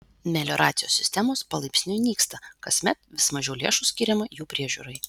melioracijos sistemos palaipsniui nyksta kasmet vis mažiau lėšų skiriama jų priežiūrai